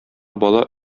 бала